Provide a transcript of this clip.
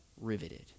riveted